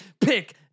pick